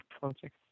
project